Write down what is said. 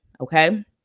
okay